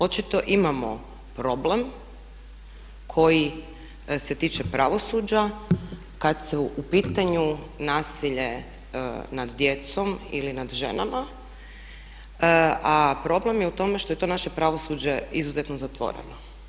Očito imamo problem koji se tiče pravosuđa kad su u pitanju nasilje nad djecom ili nad ženama, a problem je u tome što je to naše pravosuđe izuzetno zatvoreno.